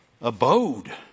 Abode